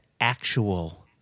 actual